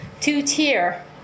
two-tier